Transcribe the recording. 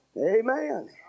Amen